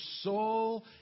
soul